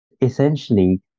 Essentially